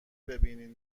ببینین